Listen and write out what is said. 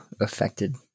affected